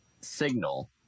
signal